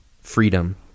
freedom